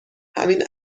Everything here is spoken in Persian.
همین